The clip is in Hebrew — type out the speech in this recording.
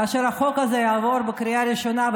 כאשר החוק הזה יעבור בקריאה ראשונה,